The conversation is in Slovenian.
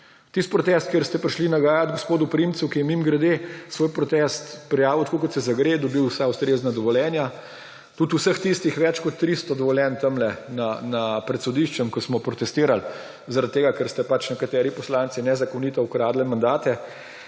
Tisti protest, kjer ste prišli nagajat gospodu Primcu, ki je mimogrede svoj protest prijavil tako, kot zagre, dobil vsa ustrezna dovoljenja, tudi vseh tistih več kot 300 dovoljenj tamle pred sodiščem, ko smo protestirali zaradi tega, ker ste pač nekateri poslanci nezakonito ukradli mandate,